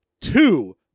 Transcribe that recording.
two